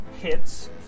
hits